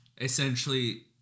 essentially